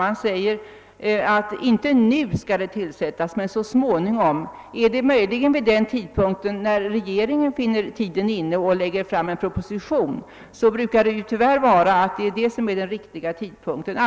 Man säger att kommittén inte skall tillsättas nu men väl så småningom. Är det möjligen vid den tidpunkt när regeringen finner tiden vara inne att lägga fram en proposition i ärendet? Det brukar tyvärr vara den enda riktiga tidpunkten.